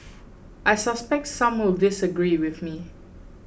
I suspect some will disagree with me